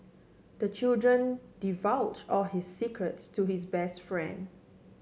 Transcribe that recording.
the children divulge all his secrets to his best friend